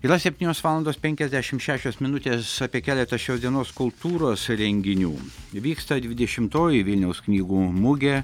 yra septynios valandos penkiasdešimt šešios minutės apie keletą šios dienos kultūros renginių vyksta dvidešimtoji vilniaus knygų mugė